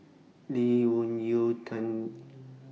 Lee Wung Yew Tan